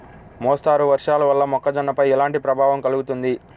మోస్తరు వర్షాలు వల్ల మొక్కజొన్నపై ఎలాంటి ప్రభావం కలుగుతుంది?